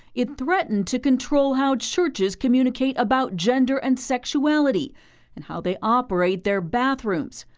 it threatened to control how churches communicate about gender and sexuality and how they operate their bathrooms.